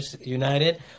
United